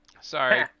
Sorry